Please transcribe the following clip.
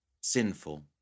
sinful